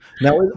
Now